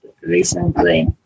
recently